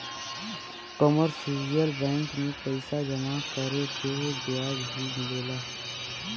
commercial bank में पइसा जमा करे पे ब्याज भी मिलला